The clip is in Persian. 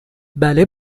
بله